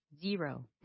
zero